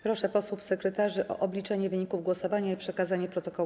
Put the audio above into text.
Proszę posłów sekretarzy o obliczenie wyników głosowania i przekazanie protokołu